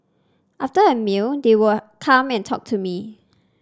after a meal they would come and talk to me